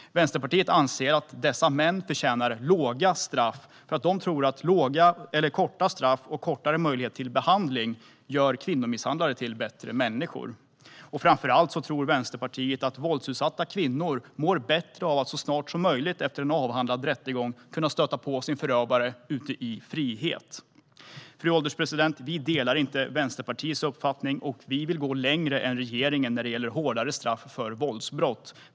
Vänsterpartiet anser att dessa män förtjänar låga straff, för de tror att korta straff och mindre möjlighet till behandling gör kvinnomisshandlare till bättre människor. Framför allt tror Vänsterpartiet att våldsutsatta kvinnor mår bättre av att så snart som möjligt efter en avhandlad rättegång kunna stöta på sin förövare ute i friheten. Fru ålderspresident! Vi delar inte Vänsterpartiets uppfattning, och vi vill gå längre än regeringen när det gäller hårdare straff för våldsbrott.